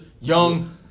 young